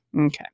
Okay